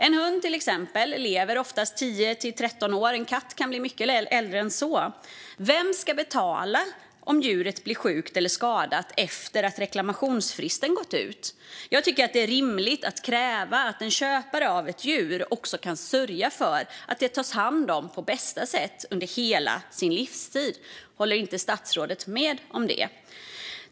En hund, till exempel, lever oftast 10-13 år, och en katt kan bli mycket äldre än så. Vem ska betala om djuret blir sjukt eller skadat efter att reklamationsfristen gått ut? Jag tycker att det är rimligt att kräva att en köpare av ett djur kan sörja för att det tas om hand på bästa sätt under hela dess livstid. Håller inte statsrådet med om det? Fru talman!